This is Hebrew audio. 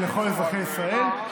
ולכל אזרחי ישראל,